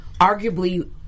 Arguably